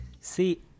See